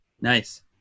Nice